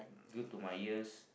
good to my ears